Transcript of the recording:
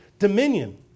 Dominion